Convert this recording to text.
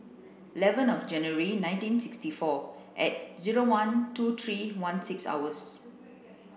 eleven of January nineteen sixty four at zero one two three one six hours